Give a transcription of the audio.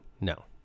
No